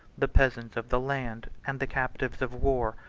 the peasants of the land and the captives of war,